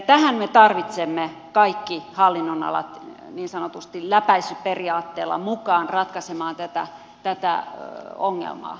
tähän me tarvitsemme kaikki hallinnonalat niin sanotusti läpäisyperiaatteella mukaan ratkaisemaan tätä ongelmaa